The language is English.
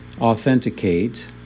authenticate